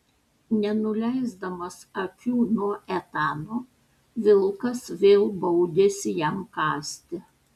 nenuleisdamas akių nuo etano vilkas vėl baudėsi jam kąsti